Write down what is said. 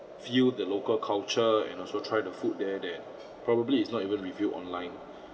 feel the local culture and also try the food there that probably is not even revealed online